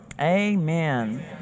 Amen